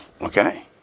Okay